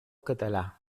català